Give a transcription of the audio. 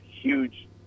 huge